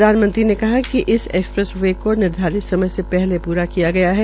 प्रधानमंत्री ने कहा है कि हम एक्सप्रेस को निर्धारित समय से पहले प्ररा किया गया है